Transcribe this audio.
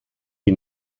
die